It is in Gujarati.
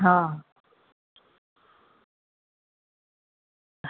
હ